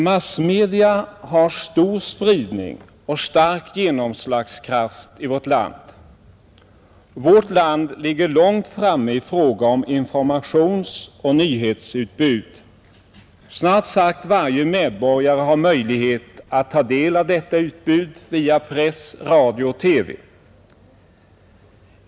Massmedia har stor spridning och stark genomslagskraft i vårt land, som ligger långt framme i fråga om informationsoch nyhetsutbud. Snart sagt varje medborgare har möjlighet att ta del av detta utbud via press, radio och TV.